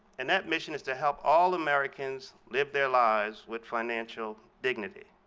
and that mission is to help all americans live their lives with financial dignity.